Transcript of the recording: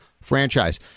franchise